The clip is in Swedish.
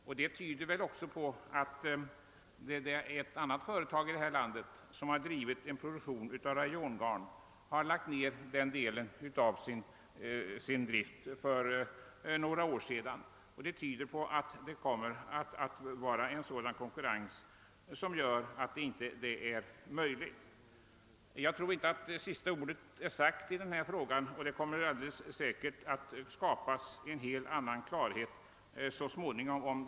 Därpå tyder väl också att ett annat företag här i landet, som har drivit produktion av rayongarn, har lagt ned den delen av sin drift för några år sedan. Därmed antyds att det kommer att bli en sådan konkurrens att en fortsatt verksamhet inte är möjlig. Jag tror inte att sista ordet är sagt i denna fråga. Det kommer alldeles säkert att skapas större klarhet så småningom i frågan.